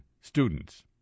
students